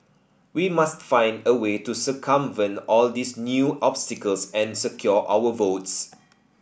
we must find a way to circumvent all these new obstacles and secure our votes